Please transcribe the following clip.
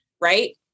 right